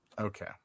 Okay